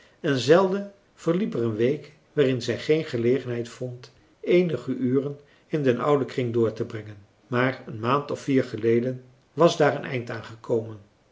en zelden verliep er een week waarin zij geen gelegenheid vond eenige uren in den ouden kring door te brengen maar een maand of vier geleden was daar een eind aan